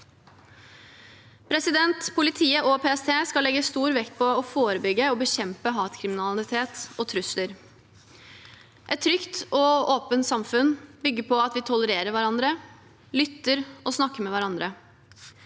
Politiet og PST skal legge stor vekt på å forebygge og bekjempe hatkriminalitet og trusler. Et trygt og åpent samfunn bygger på at vi tolererer hverandre, lytter til og snakker med hverandre.